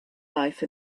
life